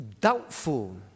doubtful